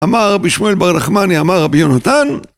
אמר רבי שמואל בר־נחמני, אמר רבי יונתן...